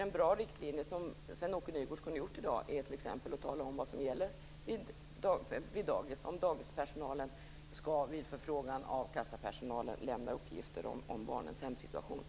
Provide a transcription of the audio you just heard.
En bra riktlinje som Sven-Åke Nygårds hade kunnat ge i dag är t.ex. vad som gäller vid dagis.